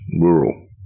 rural